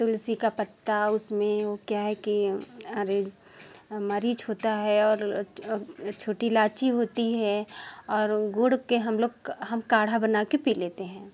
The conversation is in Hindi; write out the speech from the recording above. तुलसी का पत्ता उसमें वो क्या है कि उसमें मिर्च होता है और छोटी इलाइची होती है और गुड़ के हम लोग हम काढ़ा बना के पी लेते हैं